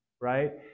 right